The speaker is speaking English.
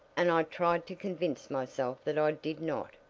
and i tried to convince myself that i did not.